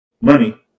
money